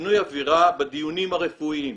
שינוי אווירה בדיונים הרפואיים.